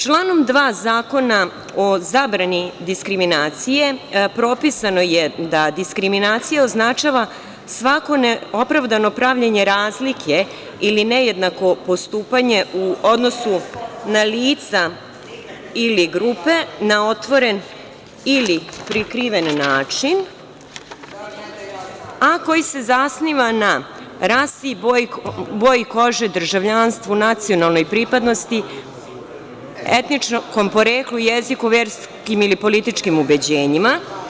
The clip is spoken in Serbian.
Članom 2. Zakonom o zabrani diskriminacije propisano je da diskriminacija označava svako neopravdano pravljenje razlike ili nejednako postupanje u odnosu na lica ili grupe na otvoren ili prikriven način, a koji se zasniva na rasi, boji kože, državljanstvu, nacionalnoj pripadnosti, etničkom poreklu, jeziku, verskim ili političkim ubeđenjima.